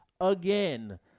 again